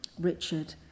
Richard